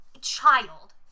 child